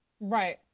right